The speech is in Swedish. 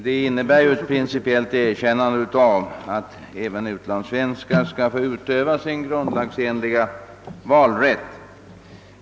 Detta innebär principiellt ett erkännande av att även utlandssvenskar skall få utöva sin grundlagsenliga valrätt.